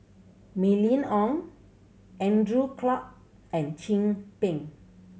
Mylene Ong Andrew Clarke and Chin Peng